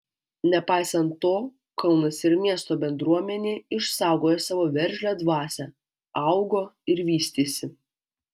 nepaisant to kaunas ir miesto bendruomenė išsaugojo savo veržlią dvasią augo ir vystėsi